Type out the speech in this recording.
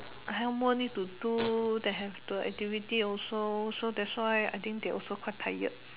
help more need to do that have the activity also so that's why I think they also quite tired